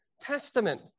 Testament